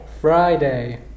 Friday